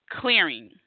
clearing